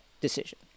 decision